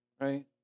right